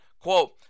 quote